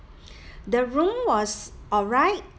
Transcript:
the room was alright